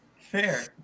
Fair